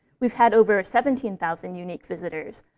we've had over seventeen thousand unique visitors,